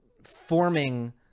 forming